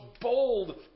bold